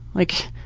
like,